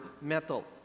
metal